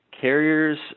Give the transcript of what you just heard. carriers